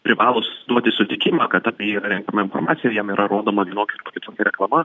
privalo duoti sutikimą kad apie jį yra renkama informacija ir jam yra rodoma vienokia ar kitokia reklama